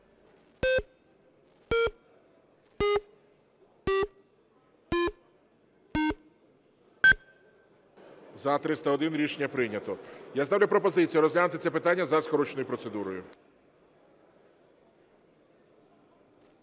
За-301 Рішення прийнято. Я ставлю пропозицію розглянути це питання за скороченою процедурою.